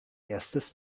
erstes